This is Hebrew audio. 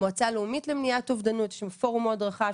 מועצה לאומית למניעת אובדנות של פורום מאוד רחב,